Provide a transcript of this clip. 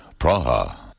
Praha